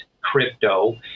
crypto